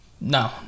no